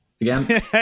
again